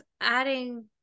adding